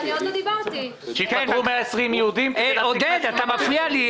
עודד, אתה מפריע לה.